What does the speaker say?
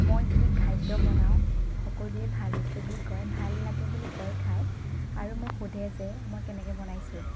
মই যি খাদ্য বনাওঁ সকলোৱে ভাল হৈছে বুলি কয় ভাল লাগে বুলি কয় খায় আৰু মোক সুধে যে মই কেনেকে বনাইছোঁ